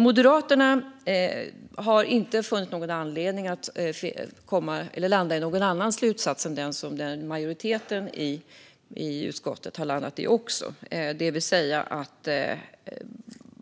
Moderaterna har inte funnit anledning att landa i någon annan slutsats än den som majoriteten i utskottet har landat i, det vill säga att